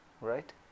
right